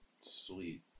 Sweet